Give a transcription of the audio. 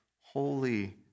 holy